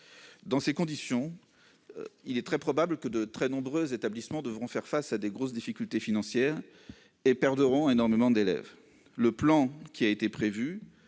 Dans ces conditions, il est très probable que de très nombreux établissements devront faire face à de grosses difficultés financières et perdront énormément d'élèves. Le plan qui a été prévu,